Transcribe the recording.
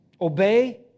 Obey